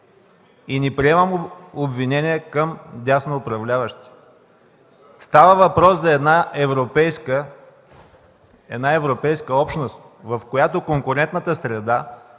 Не приемам обвинения към дясно управляващите. Става въпрос за една европейска общност, в която конкурентната среда